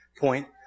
point